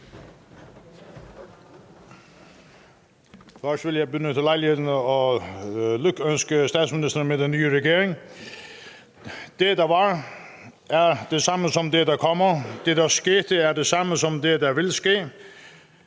Først vil jeg benytte lejligheden til at lykønske statsministeren med den nye regering. »Det, der var, er det samme som det, der kommer, det, der skete, er det samme som det, der vil ske;